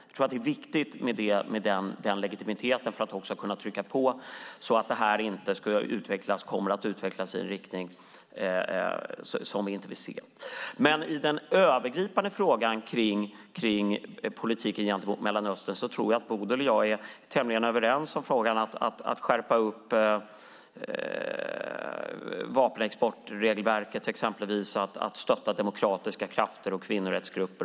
Jag tror att det är viktigt med den legitimiteten för att kunna trycka på så att detta inte utvecklas i en riktning som vi inte vill se. I den övergripande frågan om politik gentemot Mellanöstern tror jag att Bodil och jag är tämligen överens när det till exempel gäller att skärpa vapenexportregelverket och att stötta demokratiska krafter och kvinnorättsgrupper.